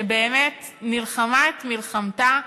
שבאמת נלחמה את מלחמתה,